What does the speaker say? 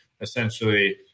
essentially